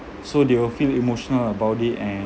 so they will feel emotional about it and